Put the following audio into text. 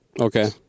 Okay